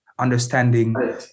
Understanding